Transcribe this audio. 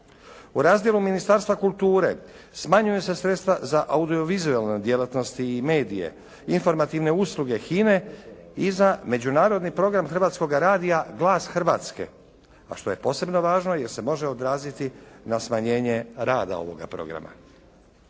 U razdjelu Ministarstva kulture smanjuju se sredstva za audio-vizualne djelatnosti i medije, informativne usluge HINA-e i za Međunarodni program Hrvatskoga radija "Glas Hrvatske" a što je posebno važno jer se može odraziti na smanjenje rada ovoga programa.